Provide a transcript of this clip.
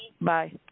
bye